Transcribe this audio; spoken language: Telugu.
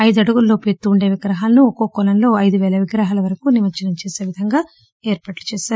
ఐదు అడుగుల లోపు ఎత్తు ఉండే విగ్రహాలను ఒక్కో కొలనులో ఐదుపేల విగ్రహాల వరకు నిమజ్జనం చేసే విధంగా ఏర్పాటు చేశారు